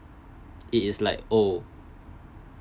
it is like oh